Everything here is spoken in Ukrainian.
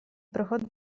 пригод